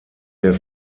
der